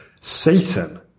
Satan